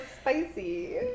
spicy